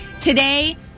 today